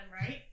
right